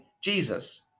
Jesus